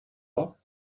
pas